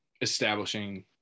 establishing